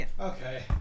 Okay